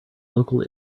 local